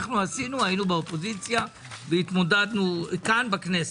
היינו באופוזיציה התמודדנו כאן בכנסת.